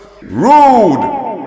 Rude